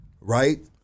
right